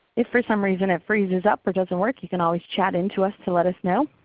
if for some reason it freezes up or doesn't work you can always chat into us to let us know.